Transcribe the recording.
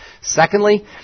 Secondly